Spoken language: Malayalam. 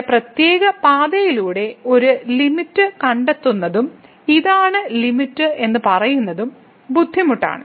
ചില പ്രത്യേക പാതയിലൂടെ ഒരു ലിമിറ്റ് കണ്ടെത്തുന്നതും ഇതാണ് ലിമിറ്റ് എന്ന് പറയുന്നതും ബുദ്ധിമുട്ടാണ്